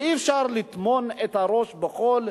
ואי-אפשר לטמון את הראש בחול,